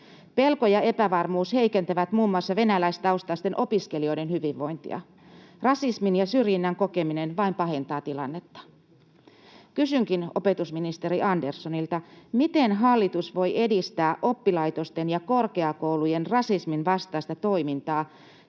Pelko ja epävarmuus heikentävät muun muassa venäläistaustaisten opiskelijoiden hyvinvointia. Rasismin ja syrjinnän kokeminen vain pahentaa tilannetta. Kysynkin opetusministeri Anderssonilta: miten hallitus voi edistää oppilaitosten ja korkeakoulujen rasisminvastaista toimintaa